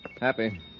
Happy